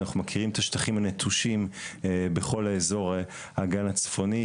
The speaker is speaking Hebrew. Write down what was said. אנחנו מכירים את השטחים הנטושים בכל האזור האגן הצפוני,